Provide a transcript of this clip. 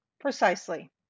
precisely